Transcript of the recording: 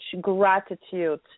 gratitude